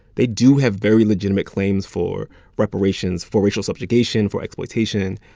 they do have very legitimate claims for reparations, for racial subjugation, for exploitation.